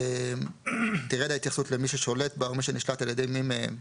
לפיו תרד ההתייחסות ל"מי ששולט בה או מי שנשלט על-ידי מי מהם"